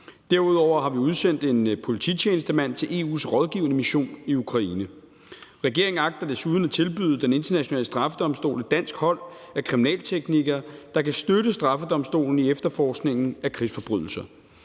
Derudover har vi udsendt en polititjenestemand til EU's rådgivende mission i Ukraine. Regeringen agter desuden at tilbyde Den Internationale Straffedomstol et dansk hold af kriminalteknikere, der kan støtte straffedomstolen i efterforskningen af krigsforbrydelser.